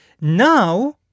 Now